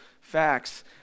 facts